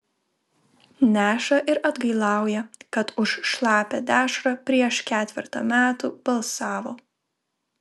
neša ir atgailauja kad už šlapią dešrą prieš ketvertą metų balsavo